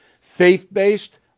Faith-based